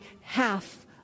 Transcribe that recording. half